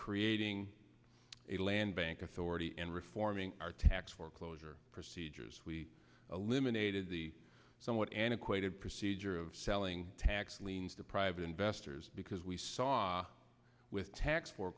creating a land bank authority and reforming our tax foreclosure procedures we eliminated the somewhat antiquated procedure of selling tax liens to private investors because we saw with tax for